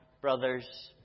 brother's